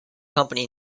company